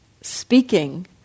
speaking